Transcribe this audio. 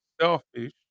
selfish